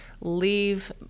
leave